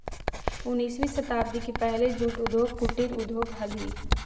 उन्नीसवीं शताब्दी के पहले जूट उद्योग कुटीर उद्योग हलइ